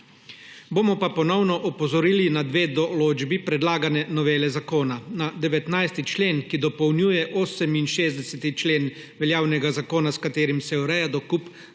Bomo pa ponovno opozorili na dve določbi predlagane novele zakona, na 19. člen, ki dopolnjuje 68. člen veljavnega zakona, s katerim se ureja dokup